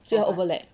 最后 overlap